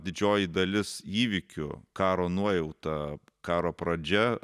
didžioji dalis įvykių karo nuojauta karo pradžia